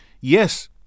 yes